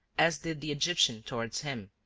as did the egyptian towards him.